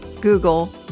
Google